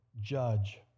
judge